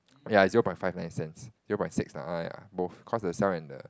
ya zero point five nine cents zero point six lah uh ya both cause they sell in the